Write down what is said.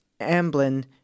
Amblin